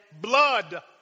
blood